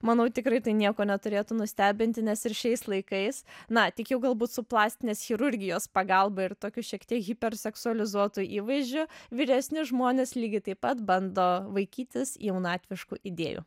manau tikrai tai nieko neturėtų nustebinti nes ir šiais laikais na tik jau galbūt su plastinės chirurgijos pagalba ir tokiu šiek tiek hiperseksualizuotu įvaizdžiu vyresni žmonės lygiai taip pat bando vaikytis jaunatviškų idėjų